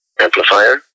amplifier